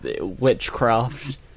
Witchcraft